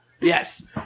Yes